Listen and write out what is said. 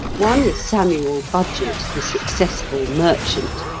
one is samuel budgett the successful merchant,